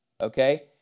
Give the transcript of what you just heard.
Okay